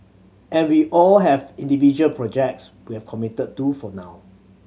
and we all have individual projects we have committed to for now